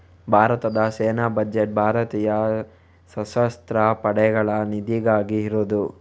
ಭಾರತದ ಸೇನಾ ಬಜೆಟ್ ಭಾರತೀಯ ಸಶಸ್ತ್ರ ಪಡೆಗಳ ನಿಧಿಗಾಗಿ ಇರುದು